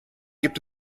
gibt